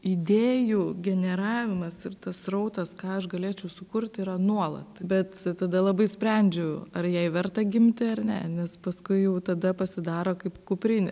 idėjų generavimas ir tas srautas ką aš galėčiau sukurti yra nuolat bet tada labai sprendžiu ar jai verta gimti ar ne nes paskui jau tada pasidaro kaip kuprinė